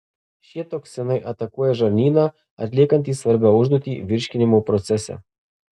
šie toksinai atakuoja žarnyną atliekantį svarbią užduotį virškinimo procese